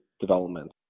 development